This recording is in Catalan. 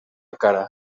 cara